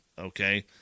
Okay